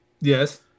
Yes